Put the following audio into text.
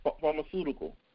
pharmaceutical